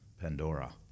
Pandora